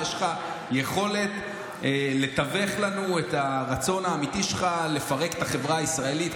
ויש לך יכולת לתווך לנו את הרצון האמיתי שלך לפרק את החברה הישראלית,